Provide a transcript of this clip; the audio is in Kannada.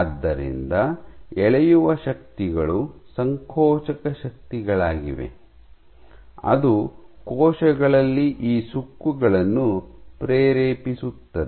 ಆದ್ದರಿಂದ ಎಳೆಯುವ ಶಕ್ತಿಗಳು ಸಂಕೋಚಕ ಶಕ್ತಿಗಳಾಗಿವೆ ಅದು ಕೋಶಗಳಲ್ಲಿ ಈ ಸುಕ್ಕುಗಳನ್ನು ಪ್ರೇರೇಪಿಸುತ್ತದೆ